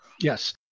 Yes